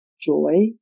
joy